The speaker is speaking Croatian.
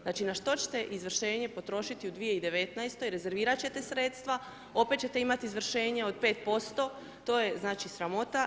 Znači na što ćete izvršenje potrošiti 2019. rezervirati ćete sredstva, opet ćete imati izvršenje od 5% to je sramota.